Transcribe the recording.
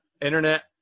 internet